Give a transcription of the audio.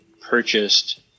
purchased